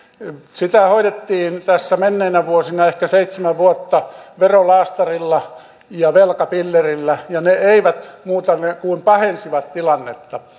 sitä hoidettiin tässä menneinä vuosina ehkä seitsemän vuotta verolaastarilla ja velkapillerillä ja ne eivät muuta kuin pahensivat tilannetta